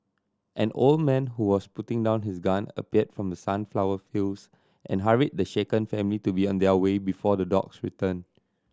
an old man who was putting down his gun appeared from the sunflower fields and hurried the shaken family to be on their way before the dogs return